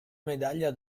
medaglia